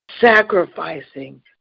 sacrificing